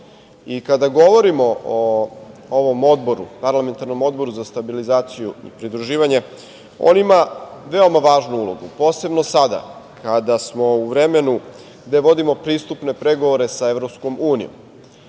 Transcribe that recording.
I kada govorimo o ovom odboru, parlamentarnom Odboru za stabilizaciju i pridruživanje, on ima veoma važnu ulogu, posebno sada kada smo u vremenu gde vodimo pristupne pregovore sa EU i siguran sam